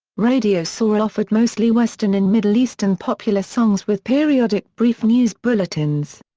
radio sawa offered mostly western and middle eastern popular songs with periodic brief news bulletins.